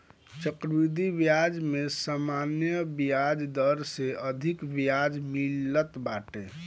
चक्रवृद्धि बियाज में सामान्य बियाज दर से अधिका बियाज मिलत बाटे